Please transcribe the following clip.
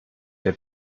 der